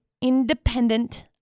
independent